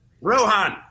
Rohan